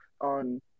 on